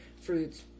fruits